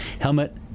helmet